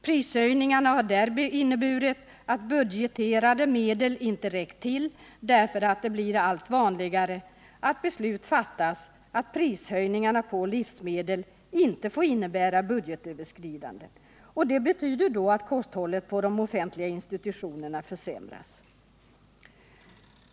Prishöjningarna har inneburit att budgeterade medel inte räckt till därför att det blir allt vanligare att beslut fattas att prishöjningar på livsmedel inte får innebära budgetöverskridande. Det betyder då att kosthållet på de offentliga institutionerna försämras.